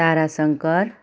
Tara Shankar